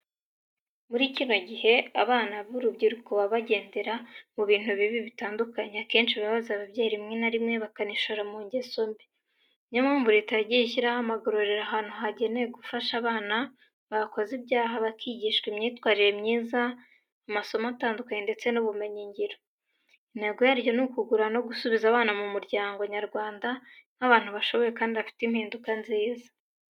Muri kino gihe abana b'urubyiruko baba bagendera mu bintu bibi bitandukanye akenshi bibabaza ababyeyi rimwe na rimwe bakanishora mu ngeso mbi. Ni yo mpamvu leta yagiye ishyiraho amagororero ahantu hagenewe gufasha abana bakoze ibyaha, bakigishwa imyitwarire myiza, amasomo atandukanye ndetse n’ubumenyingiro. Intego yaryo ni ukugorora no gusubiza aba bana mu muryango nyarwanda nk’abantu bashoboye kandi bifitemo impinduka nziza.